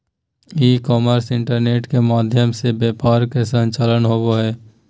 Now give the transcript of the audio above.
ई commerce internet के माध्यम से व्यापार के संचालन होबा हइ